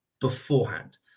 beforehand